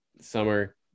summer